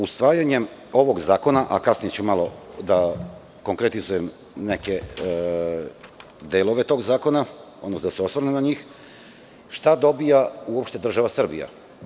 Usvajanjem ovog zakona, a kasnije ću malo da konkretizujem neke delove tog zakona, da se osvrnem na njih, šta dobija uopšte država Srbija?